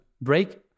break